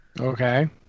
okay